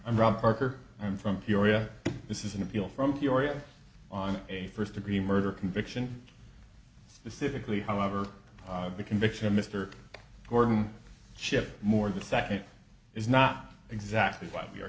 rob parker i'm from peoria this is an appeal from peoria on a first degree murder conviction specifically however the conviction of mr gordon shipped more the second is not exactly why we're